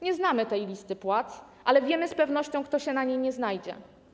Nie znamy tu listy płac, ale wiemy z pewnością, kto się na niej nie znajdzie.